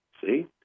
see